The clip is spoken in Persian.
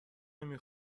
نمی